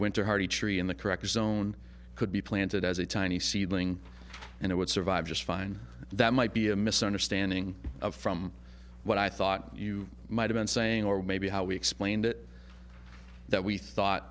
hardy tree in the correct zone could be planted as a tiny seedling and it would survive just fine that might be a misunderstanding of from what i thought you might have been saying or maybe how we explained it that we thought